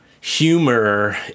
humor